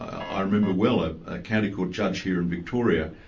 i remember well ah a county court judge here in victoria,